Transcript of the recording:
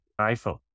iPhone